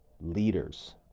leaders